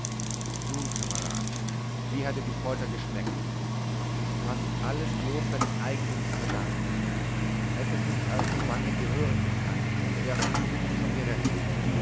nun kamerad wie hat dir die folter geschmeckt du hast das alles bloß deinem eigensinn zu verdanken hättest du dich als zur bande gehörig bekannt so wärst du nun schon gerettet